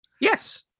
Yes